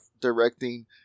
directing